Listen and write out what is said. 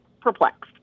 perplexed